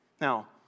Now